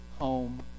home